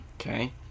Okay